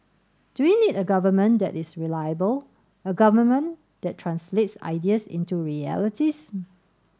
do we need a government that is reliable a government that translates ideas into realities